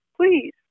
Please